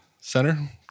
center